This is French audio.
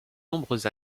nombreuses